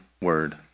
word